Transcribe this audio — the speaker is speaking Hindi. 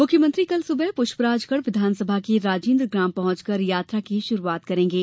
मुख्यमंत्री कल सुबह पुष्पराजगढ़ विधानसभा के राजेन्द्र ग्राम पहुंचकर यात्रा की शुरुआत करेंगे